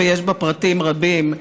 ויש בה פרטים רבים,